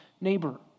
neighbor